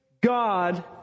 God